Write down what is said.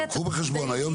אחרון,